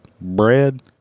bread